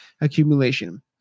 accumulation